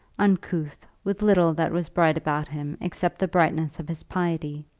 uncouth, with little that was bright about him except the brightness of his piety.